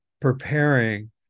preparing